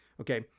Okay